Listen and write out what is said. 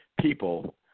People